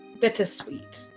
bittersweet